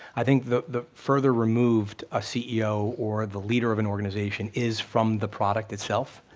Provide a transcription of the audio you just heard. i think the the further removed a ceo, or the leader of an organization, is from the product itself,